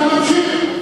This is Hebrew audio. אתה ממשיך.